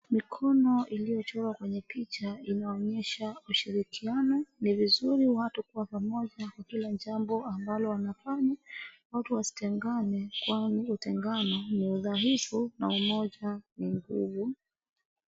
Mikono iliyochorwa kwenye picha inaonyesha ushirikiano. Ni vizuri watu kuwa pamoja kwa kila jambo ambalo wanafanya. Watu wasitengane kwani kutengana ni udhaifu na umoja ni nguvu.